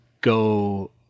go